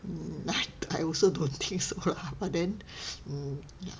I also don't think so lah but then mm ya